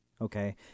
okay